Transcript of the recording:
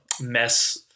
mess